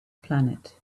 planet